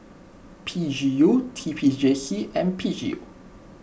P G U T P J C and P G U